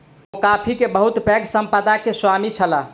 ओ coffee के बहुत पैघ संपदा के स्वामी छलाह